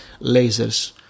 lasers